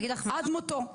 עד מותו.